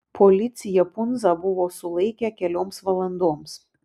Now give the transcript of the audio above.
policija pundzą buvo sulaikę kelioms valandoms